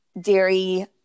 dairy